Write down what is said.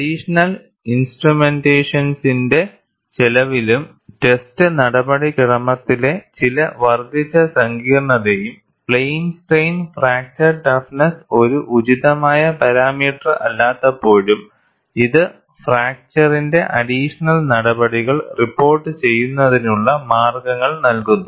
additional ഇൻസ്ട്രുമെന്റേഷന്റെ ചെലവിലും test നടപടിക്രമത്തിലെ ചില വർദ്ധിച്ച സങ്കീർണ്ണതയും പ്ലെയിൻ സ്ട്രെയിൻ ഫ്രാക്ചർ ടഫ്നെസ്സ് ഒരു ഉചിതമായ പാരാമീറ്റർ അല്ലാത്തപ്പോഴും ഇത് ഫ്രാക്ചറിന്റെ അഡിഷണൽ നടപടികൾ റിപ്പോർട്ട് ചെയ്യുന്നതിനുള്ള മാർഗ്ഗങ്ങൾ നൽകുന്നു